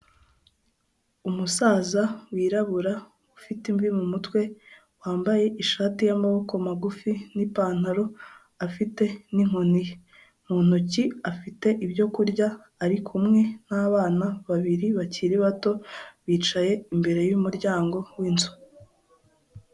Umusaza wirabura ufite imvi mu mutwe, wambaye ishati y'amaboko magufi n'ipantaro afite n'inkoni, mu ntoki afite ibyo kurya ariku n'abana babiri bakiri bato, bicaye imbere yumuryango winzu.